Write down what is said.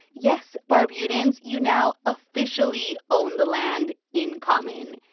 yes, barbudans, you now officially own the land in common.